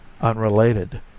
unrelated